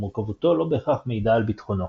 ומורכבותו לא בהכרח מעידה על ביטחונו.